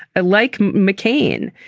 ah like mccain,